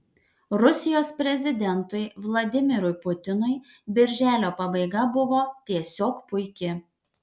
rusijos prezidentui vladimirui putinui birželio pabaiga buvo tiesiog puiki